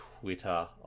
twitter